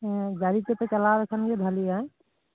ᱦᱮᱸ ᱜᱟᱹᱰᱤ ᱛᱮᱯᱮ ᱪᱟᱞᱟᱣ ᱞᱮᱠᱷᱟᱱ ᱜᱮ ᱵᱷᱟᱹᱞᱤᱭᱟ